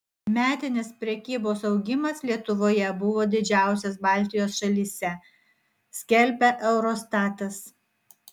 metinis prekybos augimas lietuvoje buvo didžiausias baltijos šalyse skelbia eurostatas